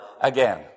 again